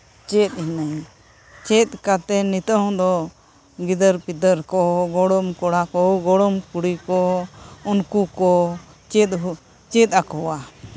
ᱪᱮᱫ ᱤᱱᱟᱹᱧ ᱪᱮᱫ ᱠᱟᱛᱮᱫ ᱱᱤᱛᱚᱝ ᱫᱚ ᱜᱤᱫᱟᱹᱨ ᱯᱤᱫᱟᱹᱨ ᱠᱚ ᱜᱚᱲᱚᱢ ᱠᱚᱲᱟ ᱠᱚ ᱜᱚᱲᱚᱢ ᱠᱩᱲᱤ ᱠᱚ ᱪᱮᱫᱪᱮᱫ ᱟᱠᱚᱣᱟ